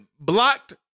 blocked